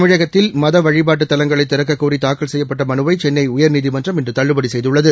தமிழகத்தில் மத வழிபாட்டுத் தலங்களை திறக்கக்கோரி தாக்கல் செய்யப்பட்ட மனுவை சென்னை உயர்நீதிமன்றம் இன்று தள்ளுபடி செய்துள்ளது